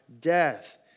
death